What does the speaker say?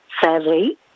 sadly